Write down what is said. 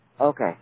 Okay